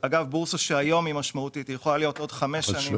בורסה שהיום משמעותית, יכולה להיות עוד חמש שנים